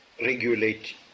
regulate